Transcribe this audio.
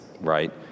right